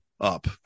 up